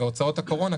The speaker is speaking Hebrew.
והוצאות הקורונה,